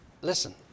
Listen